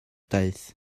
ddaeth